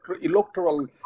electoral